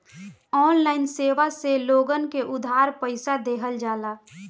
online सेवा से लोगन के उधार पईसा देहल जाला